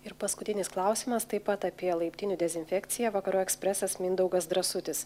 ir paskutinis klausimas taip pat apie laiptinių dezinfekciją vakarų ekspresas mindaugas drąsutis